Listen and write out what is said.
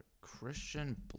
Christian